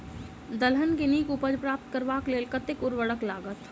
दलहन केँ नीक उपज प्राप्त करबाक लेल कतेक उर्वरक लागत?